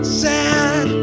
sad